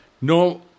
no